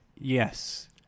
yes